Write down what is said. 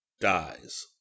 dies